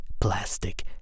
plastic